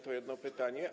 To jedno pytanie.